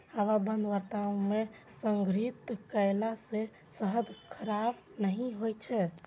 हवाबंद बर्तन मे संग्रहित कयला सं शहद खराब नहि होइ छै